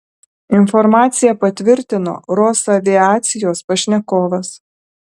informaciją patvirtino rosaviacijos pašnekovas